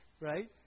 Right